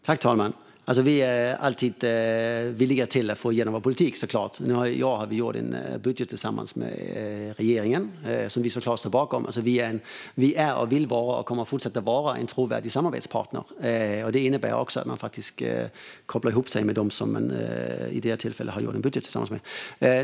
Fru talman! Vi är såklart alltid villiga att få igenom vår politik. Nu har vi i år gjort en budget tillsammans med regeringen, som vi såklart står bakom. Vi är, vill vara och kommer att fortsätta vara en trovärdig samarbetspartner. Det innebär att man går samman med dem som man vid det aktuella tillfället har gjort en budget tillsammans med.